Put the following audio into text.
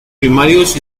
primarios